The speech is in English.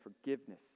forgiveness